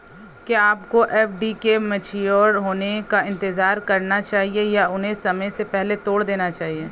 क्या आपको एफ.डी के मैच्योर होने का इंतज़ार करना चाहिए या उन्हें समय से पहले तोड़ देना चाहिए?